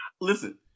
listen